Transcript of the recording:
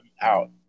out